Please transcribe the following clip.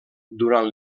durant